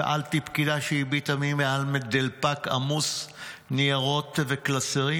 שאלתי פקידה שהביטה בי מעל דלפק עמוס ניירות וקלסרים.